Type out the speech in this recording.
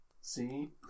see